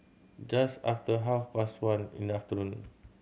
just after half past one in the afternoon